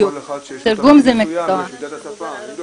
תרגום זה מקצוע וזה לא כל אחד שיודע את השפה --- נכון,